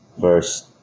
first